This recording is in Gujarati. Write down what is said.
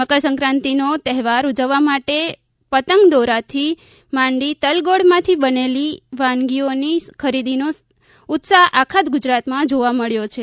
મકરસંક્રાંતિનો તહેવાર ઉજવવા માટે પતંગ દોરાથી માંડી તલગોળમાંથી બનેલી વાનગીઓની ખરીદીનો ઉત્સાહ્ આખા ગુજરાતમાં જોવા મળ્યો છે